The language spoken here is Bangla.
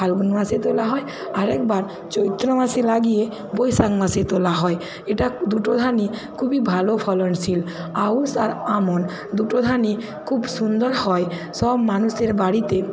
ফাল্গুন মাসে তোলা হয় আরেকবার চৈত্র মাসে লাগিয়ে বৈশাখ মাসে তোলা হয় এটা দুটো ধানই খুবই ভালো ফলনশীল আউশ আর আমন দুটো ধানই খুব সুন্দর হয় সব মানুষের বাড়িতে